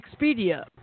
Expedia